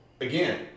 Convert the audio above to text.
Again